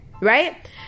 Right